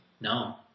No